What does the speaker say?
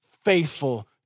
faithful